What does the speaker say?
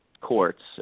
courts